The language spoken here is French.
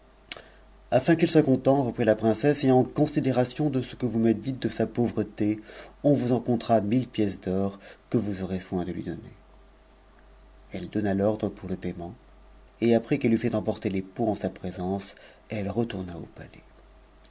u qu'il soit content reprit la princesse et en considération de ce que vous me dites de sa pauvreté on vous en comptera mille d'or que vous aurez soin de lui donner elle donna l'ordre pou paiement et après qu'elle eut fait emporter les pots en sa présence é retourna au palais